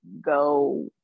go